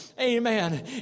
Amen